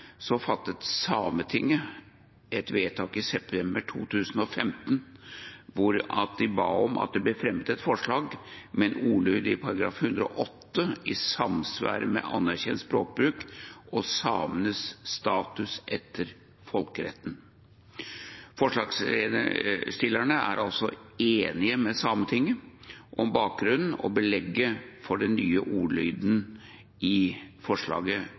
fattet Sametinget et vedtak i september 2015 hvor de ba om at det ble fremmet et forslag med en ordlyd i § 108 i samsvar med anerkjent språkbruk og samenes status etter folkeretten. Forslagsstillerne er altså enige med Sametinget om bakgrunnen og belegget for den nye ordlyden i forslaget